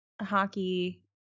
hockey